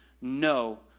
no